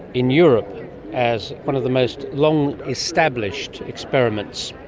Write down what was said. in europe as one of the most long-established experiments.